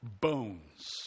bones